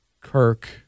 Kirk